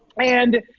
and,